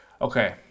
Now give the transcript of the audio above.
Okay